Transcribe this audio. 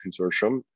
consortium